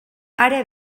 ara